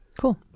cool